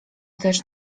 też